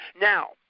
Now